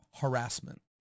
harassment